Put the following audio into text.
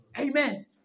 Amen